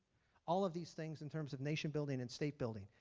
all of these things in terms of nation building and state building.